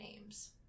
names